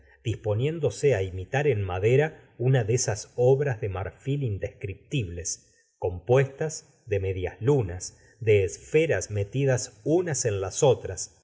ndose á imitar en madera una de esas obras de marfil indescriptibles compuestas de medias lunas de esferas m tidas unas en las otras